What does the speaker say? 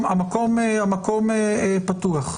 המקום פתוח,